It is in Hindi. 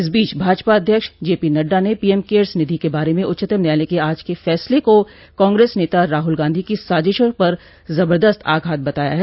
इस बीच भाजपा अध्यक्ष जे पी नड्डा ने पोएम केयर्स निधि के बारे में उच्चतम न्यायालय के आज के फैसले को कांग्रेस नेता राहुल गांधी की साजिशों पर जबर्दस्त आघात बताया है